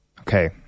Okay